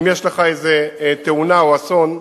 חלילה, אם יש לך איזה תאונה או אסון,